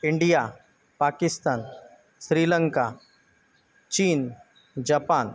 India Pakistan Sri Lanka चीन Japan